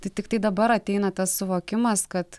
tai tiktai dabar ateina tas suvokimas kad